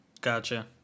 gotcha